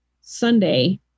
Sunday